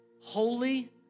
holy